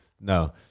No